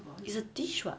it's a dish [what]